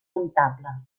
comptable